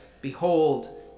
Behold